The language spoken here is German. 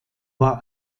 war